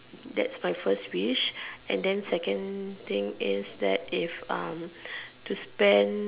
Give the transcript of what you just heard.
that's my first wish and then second thing is that if um to spend